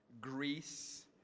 Greece